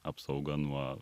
apsauga nuo